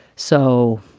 so.